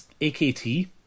AKT